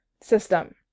system